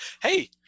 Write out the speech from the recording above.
Hey